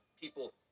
People